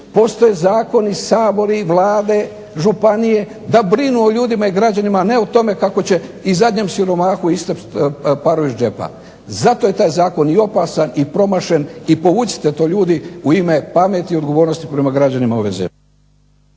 postoje zakoni, sabori, vlade, županije da brinu o ljudima i građanima, ne o tome kako će i zadnjem siromahu istresti paru iz džepa. Zato je taj zakon i opasan, i promašen i povucite to ljudi u ime pameti i odgovornosti prema građanima ove zemlje.